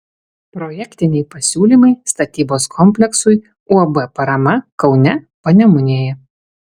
projektiniai pasiūlymai statybos kompleksui uab parama kaune panemunėje